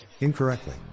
Incorrectly